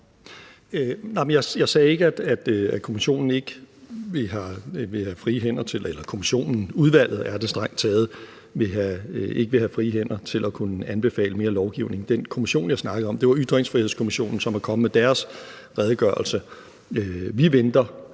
er strengt taget et udvalg – ikke vil have frie hænder til at kunne anbefale mere lovgivning. Den kommission, jeg snakkede om, var Ytringsfrihedskommissionen, som er kommet med deres redegørelse. Vi venter